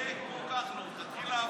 תהיה כמו כחלון, תתחיל לעבוד.